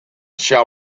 shall